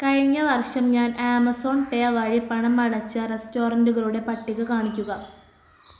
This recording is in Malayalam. കഴിഞ്ഞ വർഷം ഞാൻ ആമസോൺ പേ വഴി പണം അടച്ച റെസ്റ്റോറൻ്റുകളുടെ പട്ടിക കാണിക്കുക